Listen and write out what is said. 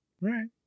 Right